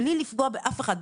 בלי לפגוע באף אחד,